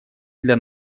для